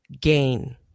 gain